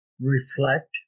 reflect